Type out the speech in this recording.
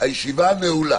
תודה רבה, הישיבה נעולה.